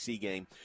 game